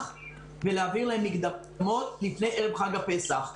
ולהעביר להם מקדמות לפני ערב חג הפסח.